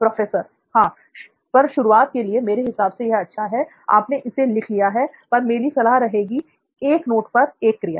professor हां पर शुरुआत के लिए मेरे हिसाब से यह अच्छा है कि आपने इसे लिख लिया है पर मेरी सलाह रहेगी एक नोट पर एक क्रिया